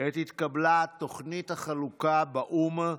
עת התקבלה תוכנית החלוקה באו"ם,